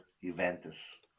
Juventus